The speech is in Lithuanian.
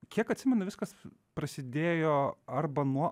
kiek atsimenu viskas prasidėjo arba nuo